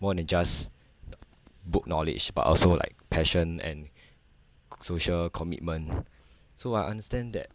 more than just book knowledge but also like passion and social commitment so I understand that